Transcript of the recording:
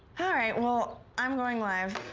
all right, well, i'm going live.